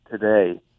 today